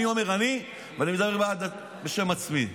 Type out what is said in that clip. אני אומר: אני, ואני מדבר רק בשם עצמי.